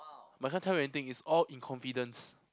but I can't tell you anything it's all in confidence